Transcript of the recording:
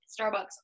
Starbucks